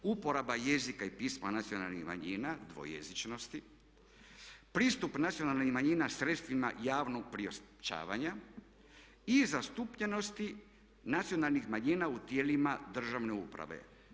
Uporaba jezika i pisma nacionalnih manjina dvojezičnost, pristup nacionalnih manjina sredstvima javnog priopćavanja i zastupljenosti nacionalnih manjina u tijelima državne uprave.